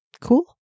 Cool